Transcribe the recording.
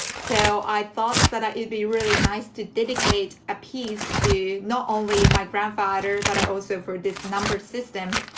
so i thought that it'd be really nice to dedicate a piece to not only my grandfather, but also for this number system,